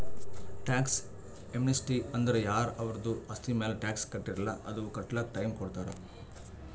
tax amnesty ಅಂದುರ್ ಯಾರ ಅವರ್ದು ಆಸ್ತಿ ಮ್ಯಾಲ ಟ್ಯಾಕ್ಸ್ ಕಟ್ಟಿರಲ್ಲ್ ಅದು ಕಟ್ಲಕ್ ಟೈಮ್ ಕೊಡ್ತಾರ್